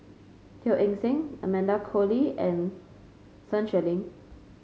Teo Eng Seng Amanda Koe Lee and Sun Xueling